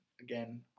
again